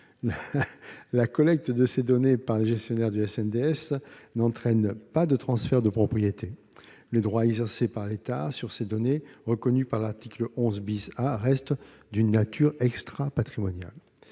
La collecte de ces données par les gestionnaires du SNDS n'entraîne pas de transfert de propriété. Les droits exercés par l'État sur ces données, reconnus par l'article 11 A, restent d'une nature extrapatrimoniale.